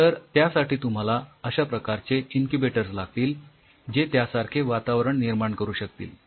तर त्यासाठी तुम्हाला अश्या प्रकारचे इन्क्युबेटर्स लागतील जे त्यासारखे वातावरण निर्माण करू शकतील